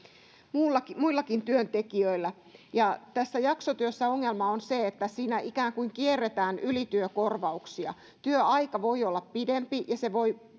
muillakin muillakin työntekijöillä tässä jaksotyössä ongelma on se että siinä ikään kuin kierretään ylityökorvauksia työaika voi olla pidempi ja se voi